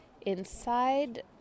inside